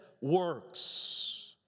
works